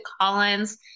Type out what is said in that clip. Collins